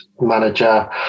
manager